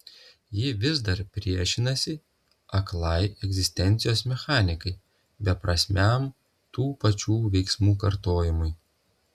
ji vis dar priešinasi aklai egzistencijos mechanikai beprasmiam tų pačių veiksmų kartojimui